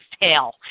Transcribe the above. tail